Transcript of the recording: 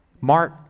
Mark